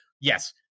yes